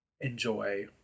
enjoy